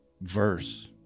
verse